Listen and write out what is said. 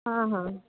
हाँ हाँ